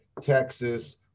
Texas